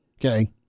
Okay